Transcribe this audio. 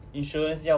insurance